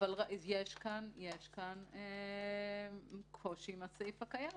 אבל יש כאן קושי עם הסעיף הקיים.